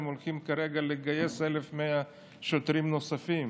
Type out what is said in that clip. וכרגע הם הולכים לגייס 1,100 שוטרים נוספים.